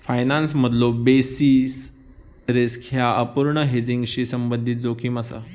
फायनान्समधलो basis risk ह्या अपूर्ण हेजिंगशी संबंधित जोखीम असा